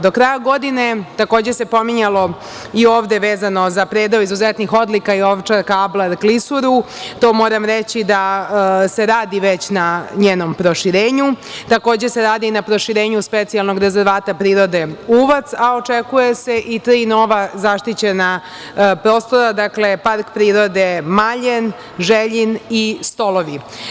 Do kraja godine, takođe se pominjalo i ovde vezano za predeo izuzetnih odlika, Ovčar Kablar klisuru, moram reći da se radi već na njenom proširenju, takođe se radi na proširenju Specijalnog rezervata prirode Uvac, a očekuje se i tri nova zaštićena prostora, dakle park prirode "Maljen", "Željin" i "Stolovi"